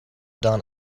done